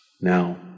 Now